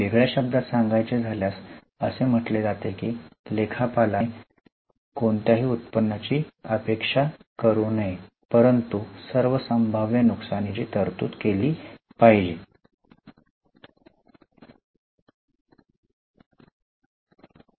वेगळ्या शब्दांत सांगायचे झाल्यास असे म्हटले जाते की लेखापालने 'कोणत्याही उत्पन्नाची अपेक्षा करू नये परंतु सर्व संभाव्य नुकसानीची तरतूद केली पाहिजे'